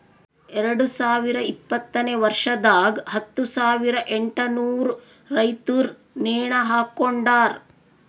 ಎರಡು ಸಾವಿರ ಇಪ್ಪತ್ತನೆ ವರ್ಷದಾಗ್ ಹತ್ತು ಸಾವಿರ ಎಂಟನೂರು ರೈತುರ್ ನೇಣ ಹಾಕೊಂಡಾರ್